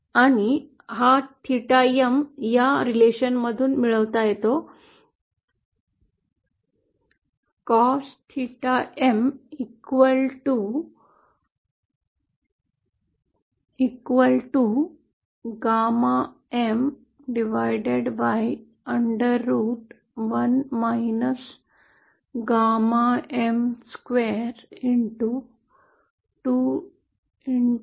आणि हा theta M या नातेसंबंधातून सापडतो cos theta M gamma M square root of 1 gamma M square 2rootRL